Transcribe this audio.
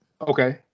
Okay